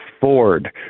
Ford